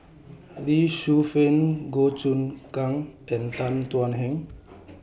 Lee Shu Fen Goh Choon Kang and Tan Thuan Heng